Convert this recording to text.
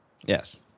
Yes